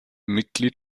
mitglied